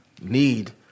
need